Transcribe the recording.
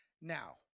now